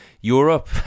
Europe